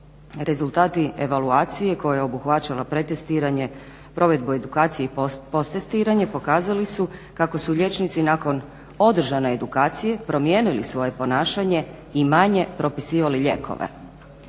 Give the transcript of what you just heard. Rezultati evaluacije koja je obuhvaćala pred testiranje, provedbu edukacije i posttestiranje pokazali su kako su liječnici nakon održane edukacije promijenili svoje ponašanje i manje propisivali lijekove.